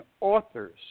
authors